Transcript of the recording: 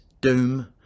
Doom